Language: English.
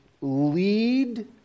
lead